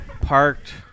parked